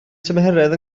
tymheredd